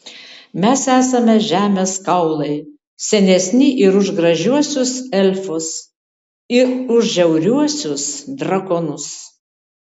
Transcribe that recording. mes esame žemės kaulai senesni ir už gražiuosius elfus ir už žiauriuosius drakonus